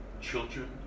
children